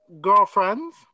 Girlfriends